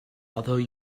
although